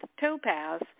topaz